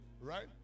Right